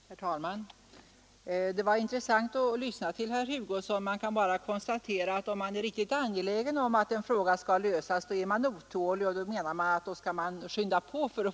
Herr talman! Det var intressant att lyssna till herr Hugosson. Jag vill bara konstatera att om man är riktigt angelägen att en fråga skall lösas, blir man också otålig och menar att behandlingen av den skall påskyndas.